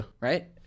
Right